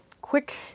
quick